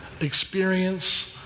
experience